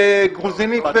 גרוזינית,